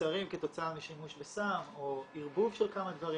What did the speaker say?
שנוצרים כתוצאה משימוש בסם או ערבוב של כמה דברים,